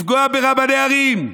לפגוע ברבני ערים,